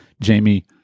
Jamie